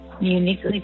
Uniquely